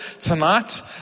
tonight